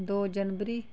दो जनबरी